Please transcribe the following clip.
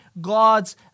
God's